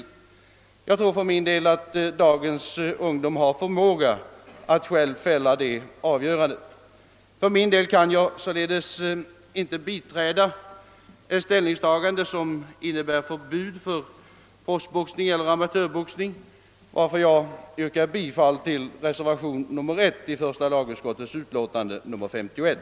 Jag tror att dagens ungdom har förmåga att själv träffa ett sådant avgörande. För min del kan jag således inte biträda ett förbud för proffsboxning eller amatörboxning, varför jag yrkar bifall till reservation nr 1 i första lagutskottets utlåtande nr 51.